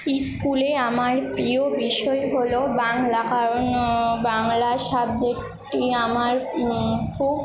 স্কুলে আমার প্রিয় বিষয় হল বাংলা কারণ বাংলা সাবজেক্টটি আমার খুব